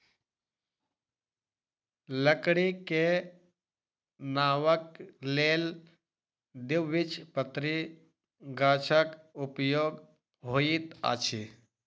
लकड़ी के नावक लेल द्विबीजपत्री गाछक उपयोग होइत अछि